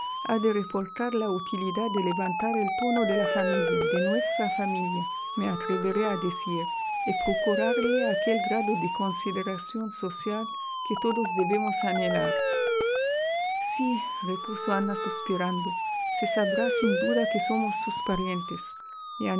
de reportar la utilidad de levantar el tono de la familia de nuestra familia me atreveré a decir y procurarle aquel grado de consideración social que todos debemos anhelar sírepuso ana suspirando se sabrá sin duda que somos sus parientesy